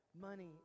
money